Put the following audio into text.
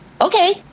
Okay